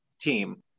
team